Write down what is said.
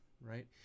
Right